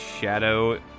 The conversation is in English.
shadow